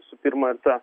visų pirma ta